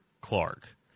Clark